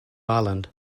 island